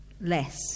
less